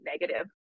negative